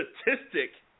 statistic